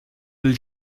will